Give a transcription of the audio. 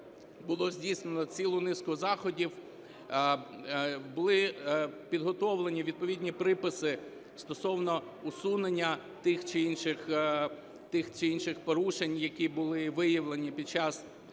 було здійснено цілу низку заходів, були підготовлені відповідні приписи стосовно усунення тих чи інших порушень, які були виявлені під час